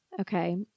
okay